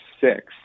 six